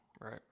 Right